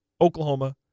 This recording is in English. Oklahoma